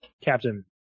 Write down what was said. Captain